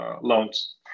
loans